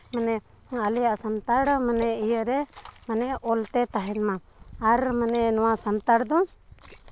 ᱢᱟᱱᱮ ᱟᱞᱮᱭᱟᱜ ᱥᱟᱱᱛᱟᱲ ᱢᱟᱱᱮ ᱤᱭᱟᱹ ᱨᱮ ᱚᱞᱛᱮ ᱛᱟᱦᱮᱱᱢᱟ ᱟᱨ ᱢᱟᱱᱮ ᱱᱚᱣᱟ ᱥᱟᱱᱛᱟᱲ ᱫᱚ